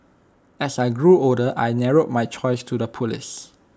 as I grew older I narrowed my choice to the Police